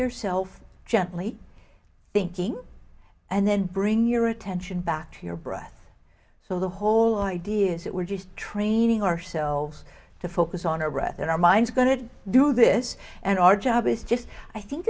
yourself gently thinking and then bring your attention back to your breath so the whole idea is that we're just training ourselves to focus on our breath and our minds are going to do this and our job is just i think